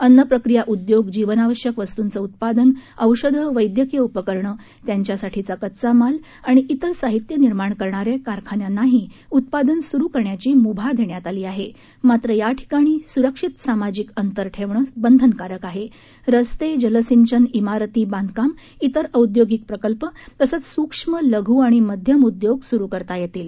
अन्नप्रक्रिया उद्योग जीवनावश्यक वस्तूंचं उत्पादन औषधं वैद्यकीय उपकरणं त्यांच्यासाठीचा कच्चामाल आणि इतर साहित्य निर्माण करणारक्रिरखान्यांनाही उत्पादन सुरू करण्याची मुभा दक्षित आली आहक्रित्र याठिकाणी सुरक्षित सामाजिक अंतर ठक्षिा बंधनकारक आह उस्ता जिलसिंचन इमारती बांधकाम इतर औद्योगिक प्रकल्प तसंच सूक्ष्म लघु आणि मध्यम उद्योग सुरू करता यतील